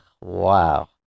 wow